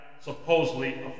supposedly